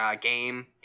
game